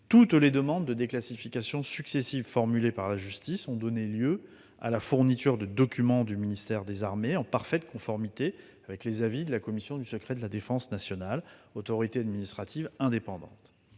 Toutes les demandes de déclassification successives formulées par la justice ont donné lieu à la fourniture de documents du ministère des armées, en parfaite conformité avec les avis de la Commission du secret de la défense nationale, qui est une autorité administrative indépendante.